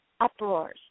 uproars